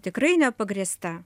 tikrai nepagrįsta